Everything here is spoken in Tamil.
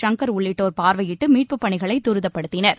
சங்கர் உள்ளிட்டோர் பார்வையிட்டு மீட்புப் பணிகளை தரிதப்படுத்தினர்